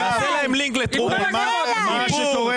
עם כל הכבוד.